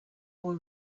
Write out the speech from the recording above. boy